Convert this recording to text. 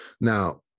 Now